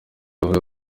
avuga